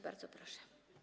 Bardzo proszę.